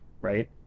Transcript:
right